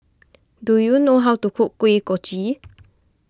do you know how to cook Kuih Kochi